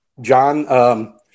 John